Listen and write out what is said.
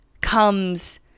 comes